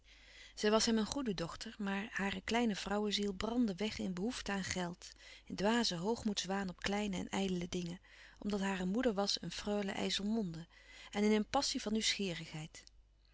zij was hem een goede dochter maar hare kleine vrouweziel brandde weg in behoefte aan geld in dwazen hoogmoedswaan op kleine en ijdele dingen omdat hare moeder was een louis couperus van oude menschen de dingen die voorbij gaan freule ijsselmonde en in een passie van nieuwsgierigheid